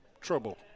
trouble